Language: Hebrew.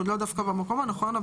היא לא דווקא במקום הנכון.